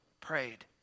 prayed